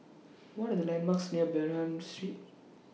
What Are The landmarks near Bernam Street